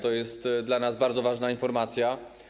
To jest dla nas bardzo ważna informacja.